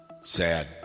Sad